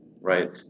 right